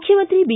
ಮುಖ್ಯಮಂತ್ರಿ ಬಿ